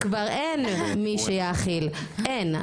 כבר אין מי שיאכיל אין,